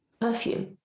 perfume